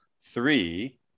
Three